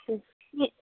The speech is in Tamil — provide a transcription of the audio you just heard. ம் ம்